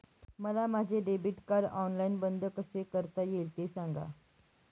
मला माझे debit card online बंद कसे करता येईल, ते सांगा